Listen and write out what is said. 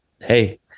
Hey